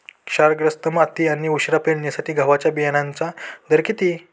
क्षारग्रस्त माती आणि उशिरा पेरणीसाठी गव्हाच्या बियाण्यांचा दर किती?